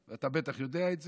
אתה בטח יודע את זה.